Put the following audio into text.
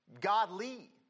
godly